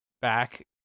back